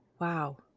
Wow